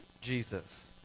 Jesus